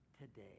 today